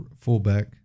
fullback